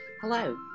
Hello